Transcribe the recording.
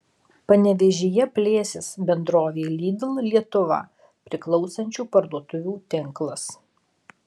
panevėžyje plėsis bendrovei lidl lietuva priklausančių parduotuvių tinklas